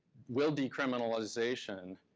will decriminalization